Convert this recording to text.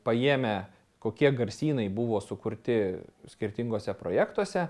paėmę kokie garsynai buvo sukurti skirtinguose projektuose